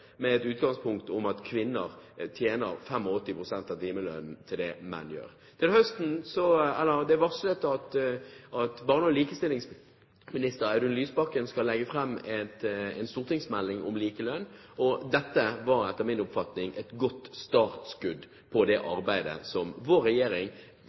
med et utgangspunkt der kvinner tjener 85 pst. av timelønnen til menn. Det er varslet at barne- og likestillingsminister Audun Lysbakken til høsten skal legge fram en stortingsmelding om likelønn, og dette var etter min oppfatning et godt startskudd på det arbeidet, som vår regjering